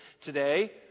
today